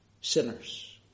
sinners